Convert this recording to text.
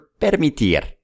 permitir